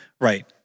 right